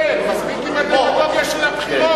אז תדייק, מספיק עם הדמגוגיה של הבחירות.